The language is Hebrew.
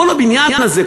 כל הבניין הזה,